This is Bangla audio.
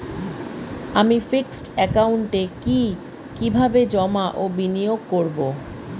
আমি ফিক্সড একাউন্টে কি কিভাবে জমা ও বিনিয়োগ করব?